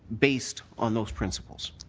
based on those principles.